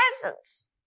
presence